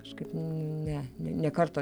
kažkaip nnn ne ne karto